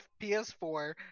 PS4